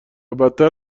بدتر